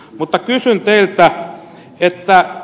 mutta kysyn teiltä